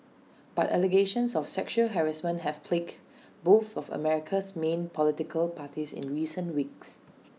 but allegations of sexual harassment have plagued both of America's main political parties in recent weeks